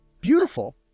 beautiful